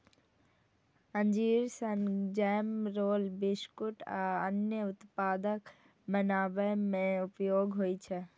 अंजीर सं jam, roll, biscuit आ अन्य उत्पाद बनाबै मे उपयोग होइ छै